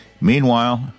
Meanwhile